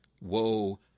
woe